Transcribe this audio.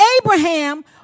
Abraham